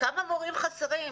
כמה מורים חסרים?